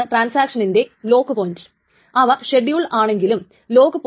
transaction T യുടെ timestamp x ന്റെ write ടൈംസ്റ്റാമ്പിനേക്കാളും ചെറുതാണെന്ന് കരുതുക